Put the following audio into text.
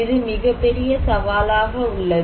இது மிகப்பெரிய சவாலாக உள்ளது